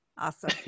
Awesome